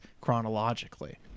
chronologically